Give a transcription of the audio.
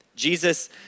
Jesus